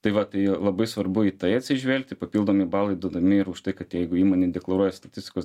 tai va tai labai svarbu į tai atsižvelgti papildomi balai duodami ir už tai kad jeigu įmonė deklaruoja statistikos